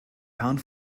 pound